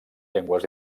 llengües